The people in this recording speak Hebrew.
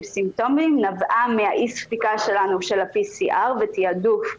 סימפטומים נבעה מאי הספיקה שלנו של ה-PCR ותעדוף,